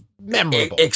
memorable